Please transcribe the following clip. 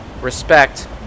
respect